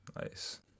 Nice